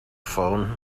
phone